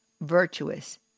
virtuous